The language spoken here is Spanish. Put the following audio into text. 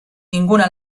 ninguna